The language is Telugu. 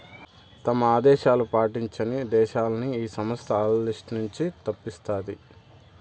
తమ ఆదేశాలు పాటించని దేశాలని ఈ సంస్థ ఆల్ల లిస్ట్ నుంచి తప్పిస్తాది